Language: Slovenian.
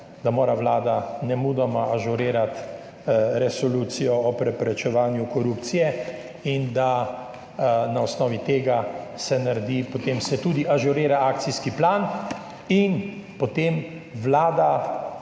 da mora Vlada nemudoma ažurirati Resolucijo o preprečevanju korupcije in da na osnovi tega se naredi potem, se tudi ažurira akcijski plan in potem Vlada